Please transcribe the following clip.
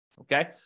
okay